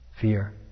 fear